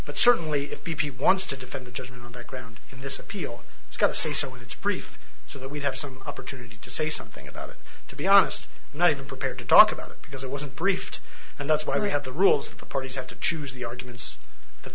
but certainly if b p wants to defend the judgement on the ground in this appeal it's got to say so it's preferred so that we'd have some opportunity to say something about it to be honest not even prepared to talk about it because it wasn't briefed and that's why we have the rules that the parties have to choose the arguments that